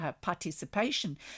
participation